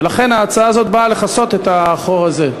ולכן ההצעה הזאת באה לכסות את החור הזה.